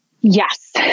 Yes